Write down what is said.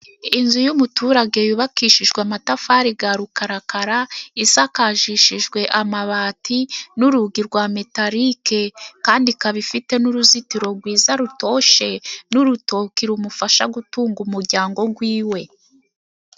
Inzu y'umuturage yubakishijwe amatafari ga rukarakara, isakashishijwe amabati n'urugi rwa metalike. Kandi ikaba ifite n'uruzitiro rwiza rutoshye, n'urutoki rumufasha gutunga umuryango gw'iwe.